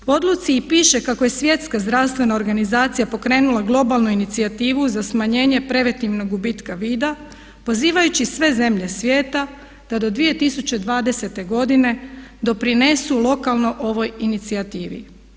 U odluci i piše kako je Svjetska zdravstvena organizacija pokrenula globalnu inicijativu za smanjenje preventivnog gubitka vida pozivajući sve zemlje svijeta da do 2020.godine doprinesu lokalno ovoj inicijativi.